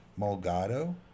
Mulgado